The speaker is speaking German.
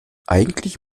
eigentlich